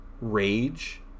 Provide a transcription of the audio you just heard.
rage